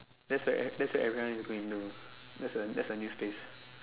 that's where that's where everyone is going do that's a that's a new space